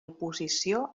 oposició